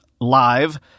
Live